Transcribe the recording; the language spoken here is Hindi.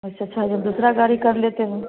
इससे अच्छा जो दूसरा गाड़ी कर लेते हैं